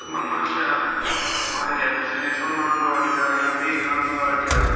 تِمَن مَنٛز چھےٚ واریاہ سَلمان گاڈ چھےٚ یا بیٚیہِ کانٛہہ گاڈ چھِ